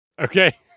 Okay